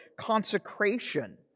consecration